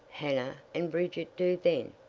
hannah and bridget do then?